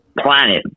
planet